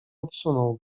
odsunął